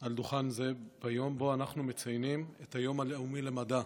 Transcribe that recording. על דוכן זה ביום שבו אנחנו מציינים את היום הלאומי למדע.